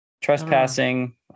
Trespassing